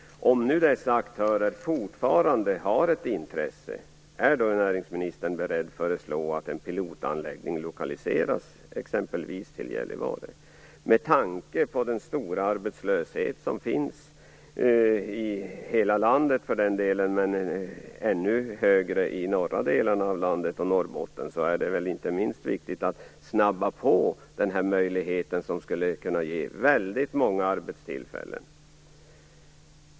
Om nu dessa aktörer fortfarande har ett intresse, är då näringsministern beredd att föreslå att en pilotanläggning lokaliseras exempelvis till Gällivare? Med tanke på den stora arbetslöshet som finns i hela landet, och framför allt i de norra delarna av landet, är det väl inte minst viktigt att snabba på den här möjligheten. Det skulle kunna ge väldigt många arbetstillfällen.